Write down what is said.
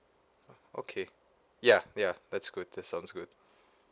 okay yeah yeah that's good that sounds good